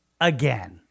Again